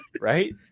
right